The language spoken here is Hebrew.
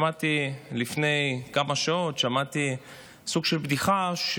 שמעתי לפני כמה שעות סוג של בדיחה: